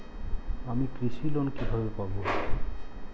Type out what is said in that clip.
আমি কৃষি লোন কিভাবে পাবো?